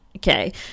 Okay